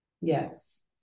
Yes